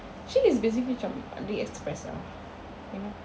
SHEIN is basically macam AliExpress ah you know